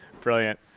brilliant